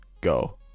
go